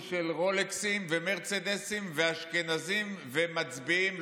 של רולקסים ומרצדסים ואשכנזים ומצביעים,